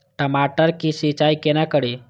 टमाटर की सीचाई केना करी?